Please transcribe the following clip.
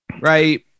right